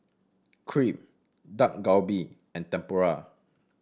Crepe Dak Galbi and Tempura